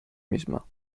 misma